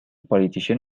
politician